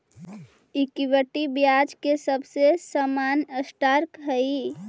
equity ब्याज के सबसे सामान्य स्टॉक हई